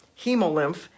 hemolymph